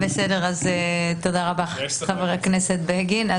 (היו"ר גבי לסקי) תודה רבה חבר הכנסת בגין.